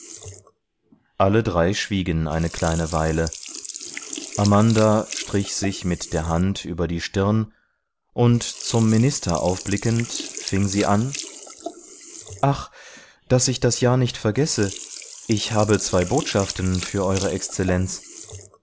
alle drei schwiegen eine kleine weile amanda strich sich mit der hand über die stirn und zum minister aufblickend fing sie an ach daß ich das ja nicht vergesse ich habe zwei botschaften für eure exzellenz